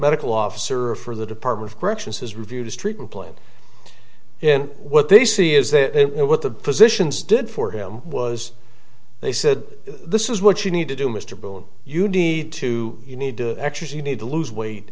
medical officer for the department of corrections has reviewed his treatment plan and what they see is that it what the physicians did for him was they said this is what you need to do mr bill if you need to you need to exercise you need to lose weight